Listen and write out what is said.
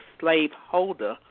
slaveholder